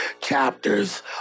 chapters